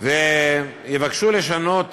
ויבקשו לשנות